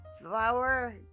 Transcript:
flower